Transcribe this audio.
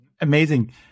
Amazing